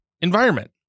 environment